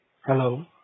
Hello